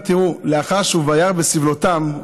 לאחר ש"וירא בסבלתם",